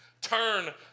turn